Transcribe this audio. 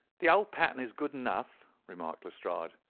the old pattern is good enough, remarked lestrade,